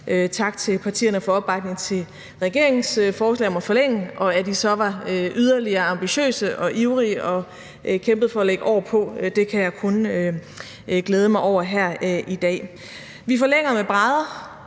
Tak til partierne for opbakningen til regeringens forslag om at forlænge, og at I så var yderligere ambitiøse og ivrige og kæmpede for at lægge år på. Det kan jeg kun glæde mig over her i dag. Vi forlænger med brædder,